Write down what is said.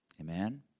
Amen